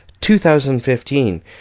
2015